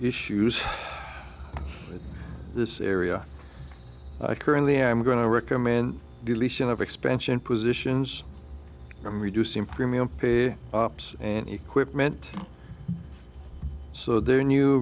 issues in this area i currently am going to recommend deletion of expansion positions and reducing premium pay ups and equipment so their new